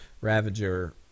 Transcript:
Ravager